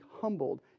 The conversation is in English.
humbled